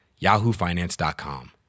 yahoofinance.com